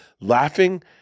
laughing